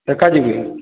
ଏକା ଯିବେ